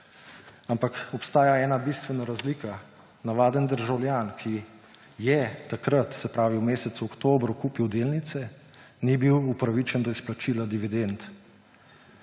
ampak obstaja ena bistvena razlika. Navaden državljan, ki je takrat, se pravi v mesecu oktobru, kupil delnice, ni bil upravičen do izplačila dividend.